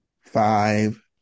five